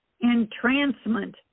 Entrancement